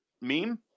meme